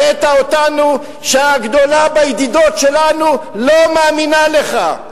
הבאת אותנו לכך שהגדולה בידידות שלנו לא מאמינה לך.